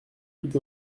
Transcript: toute